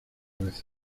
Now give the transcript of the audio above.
veces